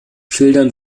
schildern